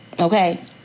Okay